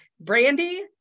Brandy